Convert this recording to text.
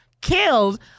Killed